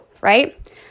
Right